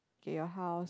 get your house